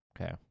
Okay